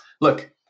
look